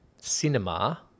cinema